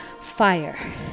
fire